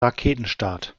raketenstart